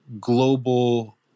global